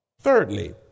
Thirdly